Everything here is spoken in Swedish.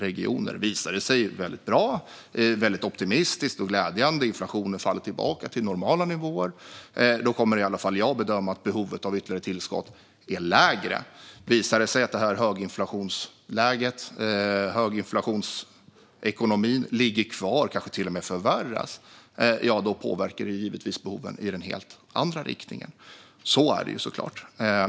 Om det visar sig att prognoserna är väldigt bra, att det ser väldigt optimistiskt och glädjande ut och att inflationen faller tillbaka till normala nivåer kommer i alla fall jag att bedöma att behovet av ytterligare tillskott är lägre. Om det visar sig att höginflationsekonomin ligger kvar och kanske till och med förvärras påverkar det givetvis behoven i den andra riktningen. Så är det såklart.